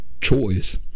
choice